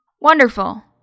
Wonderful